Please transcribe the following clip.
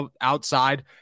outside